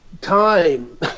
time